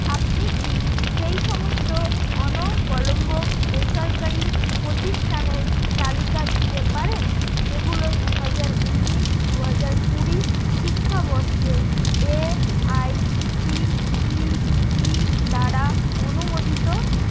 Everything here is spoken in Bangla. আপনি কি সেই সমস্ত অনবলম্ব বেসরকারি প্রতিষ্ঠানের তালিকা দিতে পারেন যেগুলো দু হাজার উনিশ দু হাজার কুড়ি শিক্ষাবর্ষে A I C T E দ্বারা অনুমোদিত